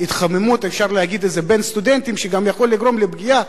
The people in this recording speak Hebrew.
התחממות בין סטודנטים, דבר שגם יכול לגרום לפגיעה